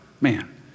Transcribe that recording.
Man